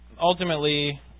ultimately